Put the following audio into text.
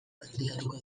praktikatuko